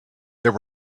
there